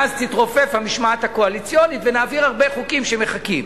ואז תתרופף המשמעת הקואליציונית ונעביר הרבה חוקים שמחכים.